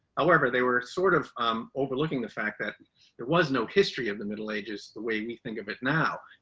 however, they were sort of overlooking the fact that there was no history of the middle ages, the way we think of it now.